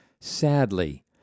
Sadly